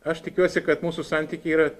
aš tikiuosi kad mūsų santykiai yra